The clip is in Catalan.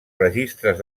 registres